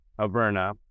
Averna